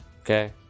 Okay